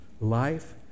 life